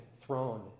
throne